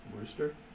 Rooster